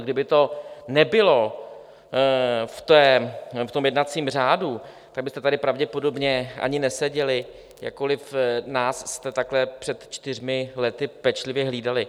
Kdyby to nebylo v jednacím řádu, tak byste tady pravděpodobně ani neseděli, jakkoliv nás jste takhle před čtyřmi lety pečlivě hlídali.